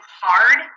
hard